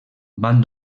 van